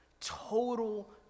total